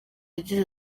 yagize